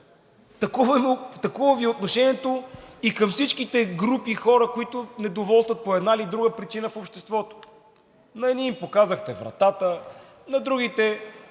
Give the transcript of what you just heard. такова Ви е отношението и към всичките групи хора, които недоволстват по една или друга причина в обществото. На едни им показахте вратата, на другите